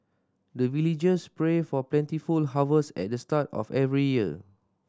the villagers pray for plentiful harvest at the start of every year